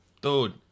Dude